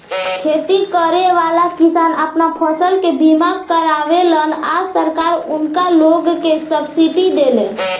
खेती करेवाला किसान आपन फसल के बीमा करावेलन आ सरकार उनका लोग के सब्सिडी देले